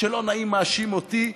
כשלא נעים מאשים אותי,